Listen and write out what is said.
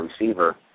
receiver